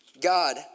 God